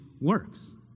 works